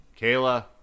Kayla